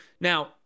Now